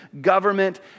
government